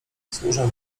służę